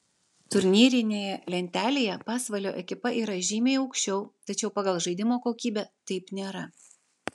turnyrinėje lentelėje pasvalio ekipa yra žymiai aukščiau tačiau pagal žaidimo kokybę taip nėra